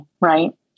Right